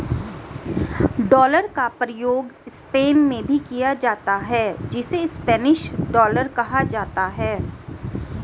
dollar का प्रयोग Spain में भी होता है जिसे स्पेनिश डॉलर कहा जाता है